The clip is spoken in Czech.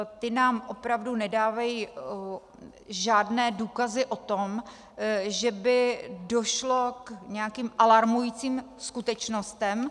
Ty nám opravdu nedávají žádné důkazy o tom, že by došlo k nějakým alarmujícím skutečnostem.